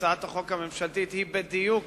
הצעת החוק הממשלתית היא בדיוק